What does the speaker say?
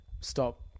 Stop